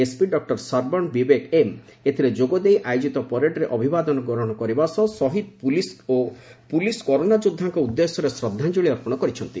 SP doctor Sarvan Vivek M ଏଥିରେ ଯୋଗ ଦେଇ ଆୟୋଜିତ ପରେଡ୍ରେ ଅଭିବାଦନ ଗ୍ରହଣ କରିବା ସହ ଶହୀଦ୍ ପୁଲିସ୍ ଓ ପୁଲିସ୍ କରୋନା ଯୋଦ୍ଧାଙ୍କ ଉଦେଶ୍ୟରେ ଶ୍ରଦ୍ଧାଞ୍ଚଳି ଅର୍ପଣ କରିଛନ୍ତି